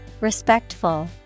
Respectful